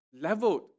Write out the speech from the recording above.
leveled